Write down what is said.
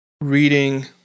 reading